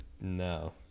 No